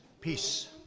peace